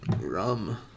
Rum